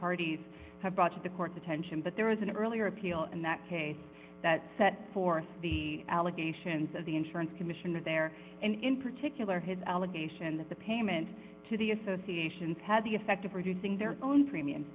parties had brought the court's attention but there was an earlier appeal in that case that set forth the allegations of the insurance commissioner there in particular his allegation that the payments to the associations had the effect of reducing their own premium